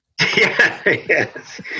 Yes